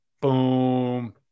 boom